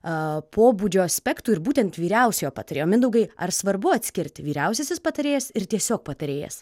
a pobūdžio aspektų ir būtent vyriausiojo patarėjo mindaugai ar svarbu atskirti vyriausiasis patarėjas ir tiesiog patarėjas